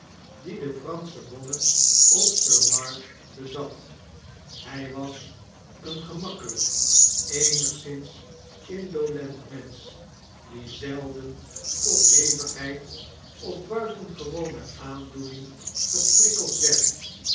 dien de fransche bonne op sir mark bezat hy was een gemakkelijk eenigszins indolent mensch die zelden tot hevigheid of buitengewone aandoening geprikkeld werd